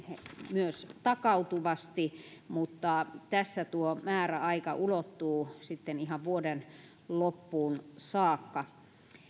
myös takautuvasti mutta tässä tuo määräaika ulottuu sitten ihan vuoden loppuun saakka